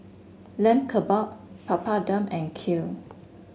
Lamb Kebab Papadum and Kheer